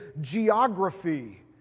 geography